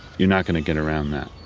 you're not going to get around that.